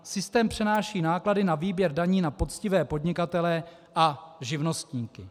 Systém přenáší náklady na výběr daní na poctivé podnikatele a živnostníky.